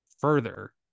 further